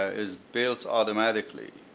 is built automatically.